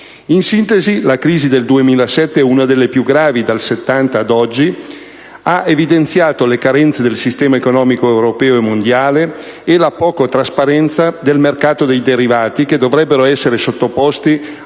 In sintesi, la crisi del 2007 - una delle più gravi dal 1970 ad oggi - ha evidenziato le carenze del sistema economico europeo e mondiale e la poca trasparenza del mercato dei derivati, che dovrebbero essere sottoposti